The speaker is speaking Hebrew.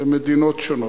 למדינות שונות.